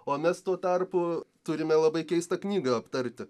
o mes tuo tarpu turime labai keistą knygą aptarti